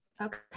Okay